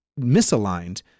misaligned